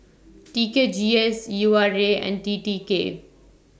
T K G S U R A and T T K